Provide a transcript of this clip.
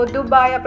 Dubai